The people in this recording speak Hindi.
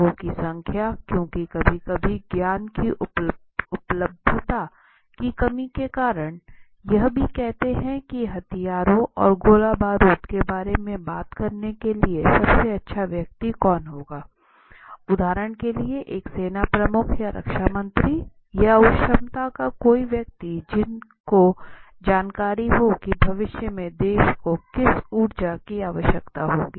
लोगों की संख्या क्योंकि कभी कभी ज्ञान की उपलब्धता की कमी के कारण यह भी कहते हैं कि हथियारों और गोला बारूद के बारे में बात करने के लिए सबसे अच्छा व्यक्ति कौन होगा उदाहरण के लिए एक सेना प्रमुख या रक्षा मंत्री या उस क्षमता का कोई व्यक्ति जिसकों जानकारी हो कि भविष्य में देश को किस ऊर्जा की आवश्यकता होगी